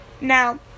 Now